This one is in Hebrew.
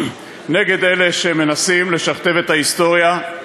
נגד אלה שמנסים לשכתב את ההיסטוריה,